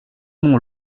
mon